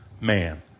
man